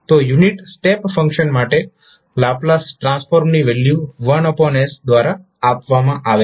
તો unit step function માટે Laplace ટ્રાન્સફોર્મની વેલ્યુ 1s દ્વારા આપવામાં આવે છે